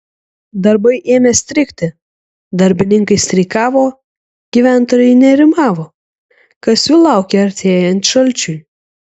darbai ėmė strigti darbininkai streikavo gyventojai nerimavo kas jų laukia artėjant šalčiui